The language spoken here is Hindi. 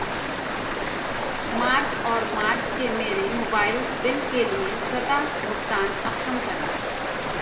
मार्च और मार्च के मेरे मोबाइल बिल के लिए स्वतः भुगतान अक्षम करें